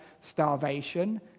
starvation